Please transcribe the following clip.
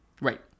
Right